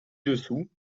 dessous